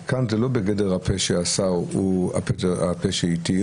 זה לא בגדר הפה שאסר הוא הפה שהתיר,